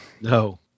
No